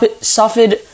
suffered